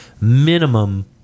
minimum